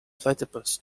platypus